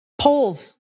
Polls